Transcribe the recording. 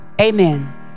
Amen